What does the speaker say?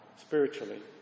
spiritually